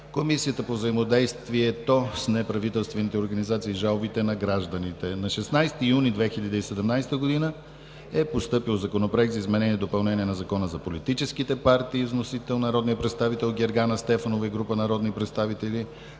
Комисията по взаимодействието с неправителствените организации и жалбите на гражданите. На 16 юни 2017 г. е постъпил Законопроект за изменение и допълнение на Закона за политическите партии. Вносител е народният представител Гергана Стефанова и група народни представители.